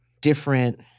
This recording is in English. different